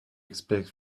expect